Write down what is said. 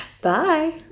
Bye